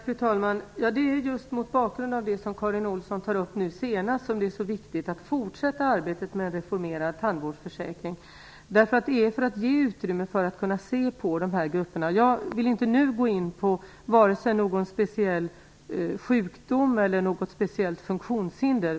Fru talman! Det är just mot bakgrund av det Karin Olsson tog upp som det är så viktigt att fortsätta arbetet med att reformera tandvårdsförsäkringen. Det är för att ge utrymme att se över dessa grupper. Jag vill inte nu gå in på någon speciell sjukdom eller något speciellt funktionshinder.